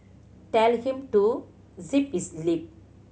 tell him to zip his lip